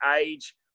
age